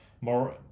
more